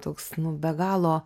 toks nu be galo